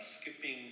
skipping